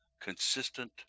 consistent